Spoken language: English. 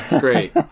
great